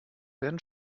werden